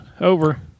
Over